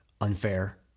unfair